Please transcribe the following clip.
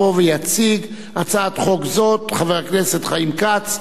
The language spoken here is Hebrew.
יבוא ויציג את הצעת החוק חבר הכנסת חיים כץ,